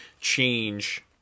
change